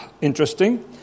interesting